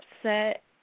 upset